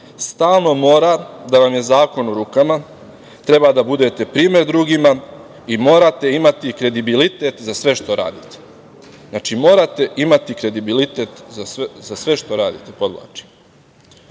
Stalno mora da vam je zakon u rukama, treba da budete primer drugima i morate imati kredibilitet za sve što radite. Znači, morate imati kredibilitet za sve što radite, podvlačim. Prošle